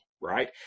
right